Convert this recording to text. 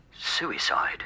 Suicide